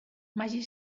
magí